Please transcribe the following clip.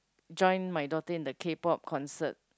join my daughter in the k-pop concert